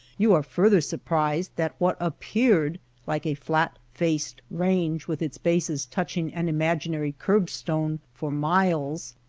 you are further surprised that what appeared like a flat-faced range with its bases touching an imaginary curb-stone for miles,